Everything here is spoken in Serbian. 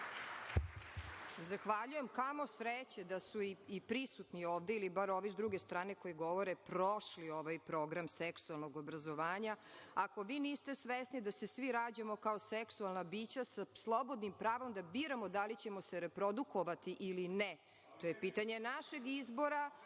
Zahvaljujem. Kamo sreće da su i prisutni ovde, ili bar ovi sa druge strane koji govore prošli ovaj program seksualnog obrazovanja. Ako vi niste svesni da se svi rađamo kao seksualna bića sa slobodnim pravom da biramo da li ćemo se reprodukovati ili ne, to je pitanje našeg